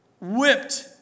whipped